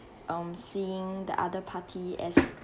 um seeing the other party as